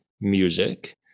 music